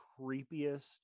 creepiest